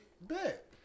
bet